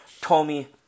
Tommy